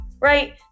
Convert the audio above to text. right